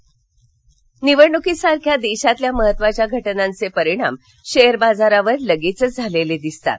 सेवी निवडणुकीसारख्या देशातील महत्वाच्या घटनांचे परिणाम शेअर बाजारावर लगेच झालेले दिसतात